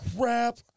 crap